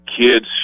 kids